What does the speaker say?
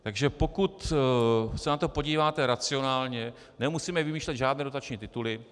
Takže pokud se na to podíváte racionálně, nemusíme vymýšlet žádné dotační tituly.